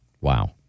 Wow